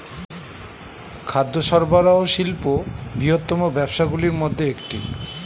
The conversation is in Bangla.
খাদ্য সরবরাহ শিল্প বৃহত্তম ব্যবসাগুলির মধ্যে একটি